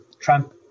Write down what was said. Trump